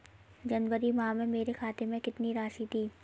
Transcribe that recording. जनवरी माह में मेरे खाते में कितनी राशि थी?